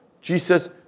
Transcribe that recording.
Jesus